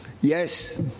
Yes